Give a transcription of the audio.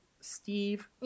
Steve